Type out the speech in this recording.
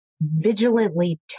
vigilantly